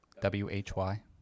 w-h-y